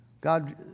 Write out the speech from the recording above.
God